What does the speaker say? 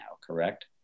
correct